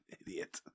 idiot